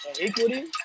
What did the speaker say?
equity